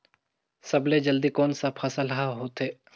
सबले जल्दी कोन सा फसल ह होथे?